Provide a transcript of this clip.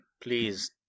Please